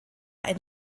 ein